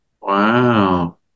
Wow